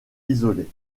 isolées